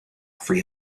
free